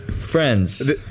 Friends